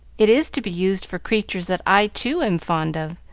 it is to be used for creatures that i, too, am fond of,